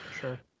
Sure